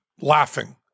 laughing